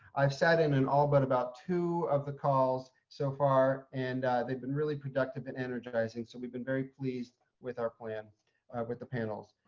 i've sat in an all been about two of the calls so far. and they've been really productive and energizing. so we've been very pleased with our plan with the panels.